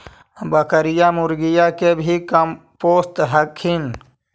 बकरीया, मुर्गीया के भी कमपोसत हखिन?